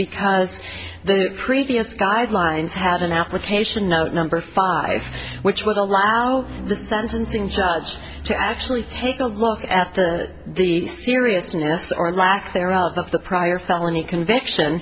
because the previous guidelines had an application out number five which would allow the sentencing judge to actually take a look at the seriousness or lack thereof of the prior felony conviction